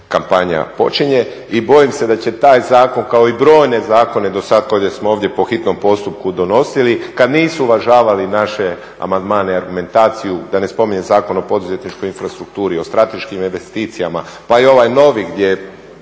kampanja počinje. I bojim se da će taj zakon kao i brojne zakone do sad koje smo ovdje po hitnom postupku donosili kad nisu uvažavali naše amandmane i argumentaciju, da ne spominjem Zakon o poduzetničkoj infrastrukturi, o strateškim investicijama, pa i ovaj novi, gdje